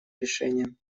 решением